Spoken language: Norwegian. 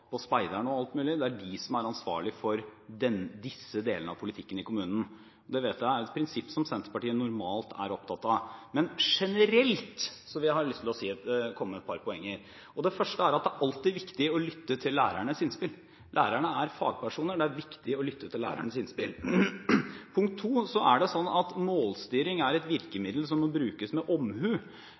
jeg vet at Senterpartiet normalt er opptatt av. Men jeg har lyst til å komme med et par generelle poenger, og det første er at det alltid er viktig å lytte til lærernes innspill. Lærerne er fagpersoner, og det er viktig å lytte til lærernes innspill. Det andre er at målstyring er et virkemiddel som må brukes med omhu.